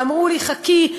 אמרו לי: חכי,